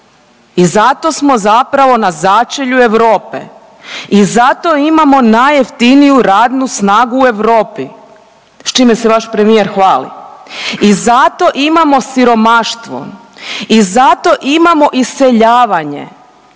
i zato smo zapravo na začelju Europe i zato imamo najjeftiniju radnu snagu u Europi s čime se vaš premijer hvali i zato imamo siromaštvo i zato imamo iseljavanje.